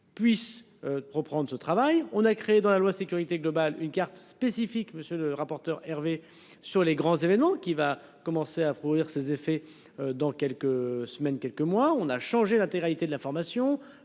puisse pro-prendre ce travail, on a créé dans la loi sécurité globale une carte spécifique. Monsieur le rapporteur Hervé sur les grands événements qui va commencer à couvrir ses effets dans quelques semaines, quelques mois, on a changé l'intégralité de l'information,